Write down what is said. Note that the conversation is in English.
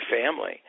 family